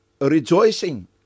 rejoicing